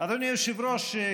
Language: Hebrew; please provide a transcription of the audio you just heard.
אדוני היושב-ראש,